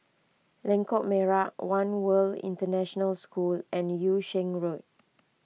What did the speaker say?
Lengkok Merak one World International School and Yung Sheng Road